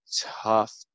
tough